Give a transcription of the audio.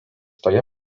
toje